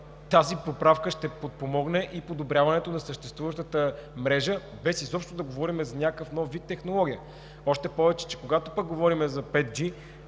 тази поправка ще подпомогне и подобряването на съществуващата мрежа, без изобщо да говорим за някакъв нов вид технология. Още повече че когато пък говорим за 5G,